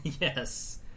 yes